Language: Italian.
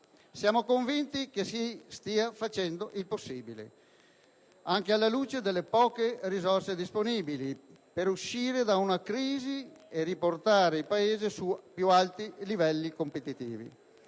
Siamo convinti che si stia facendo il possibile, anche alla luce delle poche risorse disponibili, per uscire dalla crisi e riportare il Paese su più alti livelli competitivi.